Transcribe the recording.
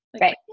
Right